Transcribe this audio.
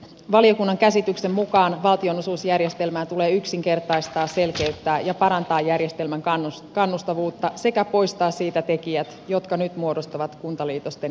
valiokunnan käsityksen mukaan valtionosuusjärjestelmää tulee yksinkertaistaa ja selkeyttää ja parantaa järjestelmän kannustavuutta sekä poistaa järjestelmästä tekijät jotka nyt muodostavat kuntaliitosten esteitä